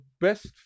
best